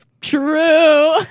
true